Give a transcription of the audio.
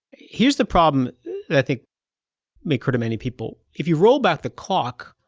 here's the problem that i think may occur to many people if you roll back the clock,